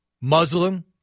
Muslim